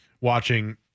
watching –